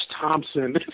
Thompson